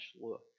look